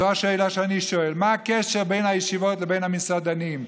זו השאלה שאני שואל: מה הקשר בין הישיבות לבין המסעדנים?